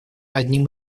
одним